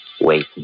Wait